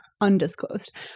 Undisclosed